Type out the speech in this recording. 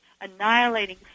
annihilating